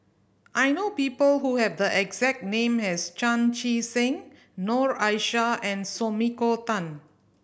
I know people who have the exact name as Chan Chee Seng Noor Aishah and Sumiko Tan